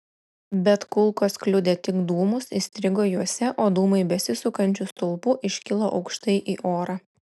bet kulkos kliudė tik dūmus įstrigo juose o dūmai besisukančiu stulpu iškilo aukštai į orą